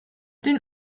den